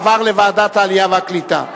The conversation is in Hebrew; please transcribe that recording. זה עבר לוועדת העלייה והקליטה.